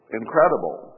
incredible